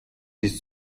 ist